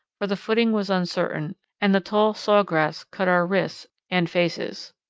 for the footing was uncertain and the tall sawgrass cut our wrists and faces.